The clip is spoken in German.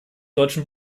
deutschen